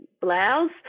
blouse